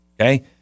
Okay